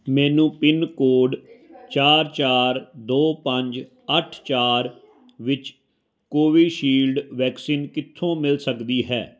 ਮੈਨੂੰ pin code ਚਾਰ ਚਾਰ ਦੋ ਪੰਜ ਅੱਠ ਚਾਰ ਵਿੱਚ ਕੋਵਿਸ਼ੀਲਡ ਵੈਕਸੀਨ ਕਿੱਥੋਂ ਮਿਲ ਸਕਦੀ ਹੈ